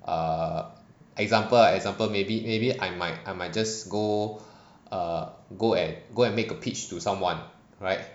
err example example maybe maybe I might I might just go err go ang go and make a pitch to someone right